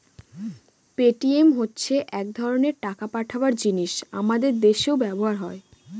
Paytm হচ্ছে এক ধরনের টাকা পাঠাবার জিনিস আমাদের দেশেও ব্যবহার হয়